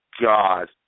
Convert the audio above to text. God